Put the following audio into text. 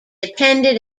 attended